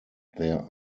there